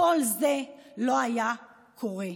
כל זה לא היה קורה.